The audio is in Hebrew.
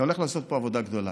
אתה הולך לעשות פה עבודה גדולה.